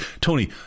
Tony